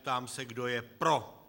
Ptám se, kdo je pro.